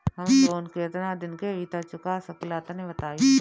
हम लोन केतना दिन के भीतर चुका सकिला तनि बताईं?